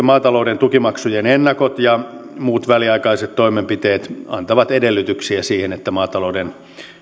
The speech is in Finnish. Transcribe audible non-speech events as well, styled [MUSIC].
[UNINTELLIGIBLE] maatalouden tukimaksujen ennakot ja muut väliaikaiset toimenpiteet antavat edellytyksiä sille että maatalouden